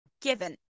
given